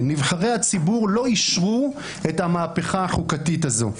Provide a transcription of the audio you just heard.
נבחרי הציבור לא אישרו את המהפכה החוקתית הזאת.